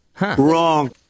Wrong